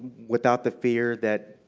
without the fear that,